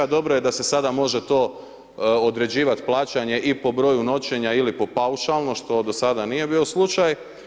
Dobro je da se sada može to određivat plaćanje i po broju noćenja ili po paušalno, što do sada nije bio slučaj.